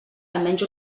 almenys